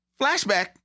flashback